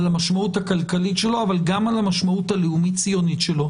על המשמעות הכלכלית שלו אבל גם על המשמעות הלאומית-ציונית שלו,